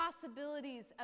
possibilities